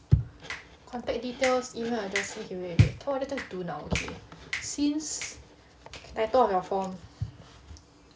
contact details email address need to wait wait wait oh let's just do now since title of your font